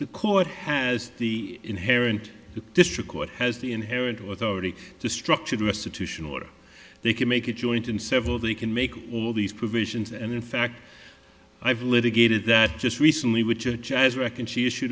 the court has the inherent district court has the inherent worth already to structured restitution or they can make a joint and several they can make all these provisions and in fact i've litigated that just recently which are jazz reckon she issue